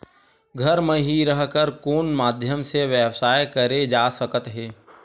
घर म हि रह कर कोन माध्यम से व्यवसाय करे जा सकत हे?